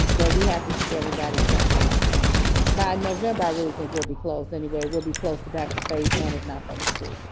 but we have to keep everybody safe by november. i really think we'll be close anyway. we'll be close to back to phase one, if not phase two